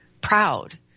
proud